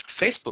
Facebook